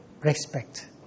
respect